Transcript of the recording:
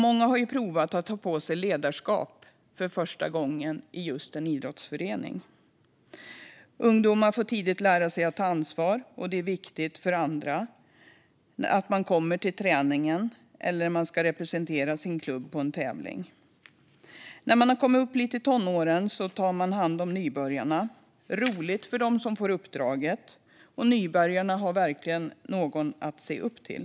Många har provat på att ta på sig ett ledarskap för första gången i just en idrottsförening. Ungdomar får tidigt lära sig att ta ansvar, och det är viktigt för andra att man kommer till träningen eller när man ska representera sin klubb på en tävling. När man kommit upp lite i tonåren tar man hand om nybörjarna. Det är roligt för dem som får uppdraget, och nybörjarna har verkligen någon att se upp till.